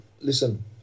listen